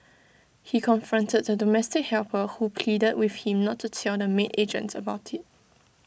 he confronted the domestic helper who pleaded with him not to tell the maid agent about IT